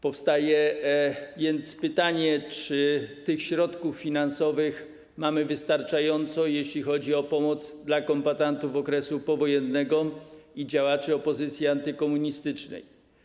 Powstaje więc pytanie, czy tych środków finansowych mamy wystarczająco dużo, jeśli chodzi o pomoc dla kombatantów okresu powojennego i działaczy opozycji antykomunistycznej.